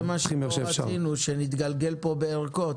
זה מה שלא רצינו, שנתגלגל פה בערכות.